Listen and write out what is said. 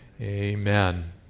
Amen